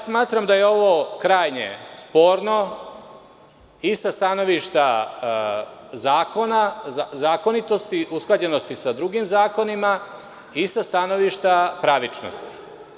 Smatram da je ovo krajnje sporno i sa stanovišta zakonitosti, usklađenosti sa drugim zakonima i sa stanovišta pravičnosti.